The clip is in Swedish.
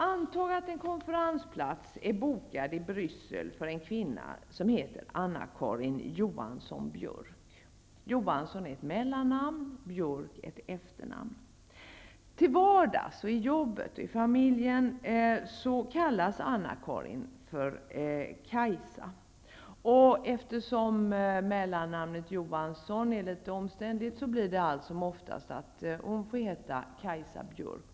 Antag att en konferensplats är bokad i Bryssel för en kvinna som heter Anna-Karin Johansson-Björk. Johansson är ett mellannamn, Björk är ett efternamn. Till vardags, i jobbet och i familjen kallas Anna-Karin för Kajsa, och eftersom mellannamnet Johansson är litet omständligt får hon oftast heta Kajsa Björk.